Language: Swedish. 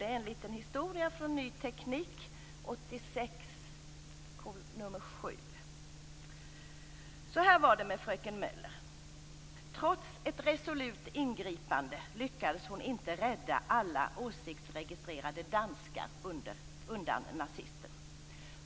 Det är en liten historia från Ny Teknik, 1986:7. Så här var det med fröken Møller. Trots ett resolut ingripande lyckades hon inte rädda alla åsiktsregistrerade danskar undan nazisterna.